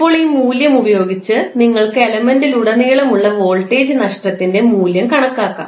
ഇപ്പോൾ ഈ മൂല്യം ഉപയോഗിച്ച് നിങ്ങൾക്ക് എലമെൻറിലുടനീളം ഉള്ള വോൾട്ടേജ് നഷ്ടത്തിൻറെ മൂല്യം കണക്കാക്കാം